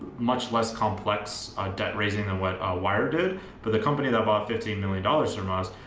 much less complex debt raising them what wire did for the company that bought fifteen million dollars from us,